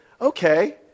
okay